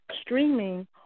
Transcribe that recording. streaming